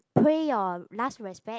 pay your last respect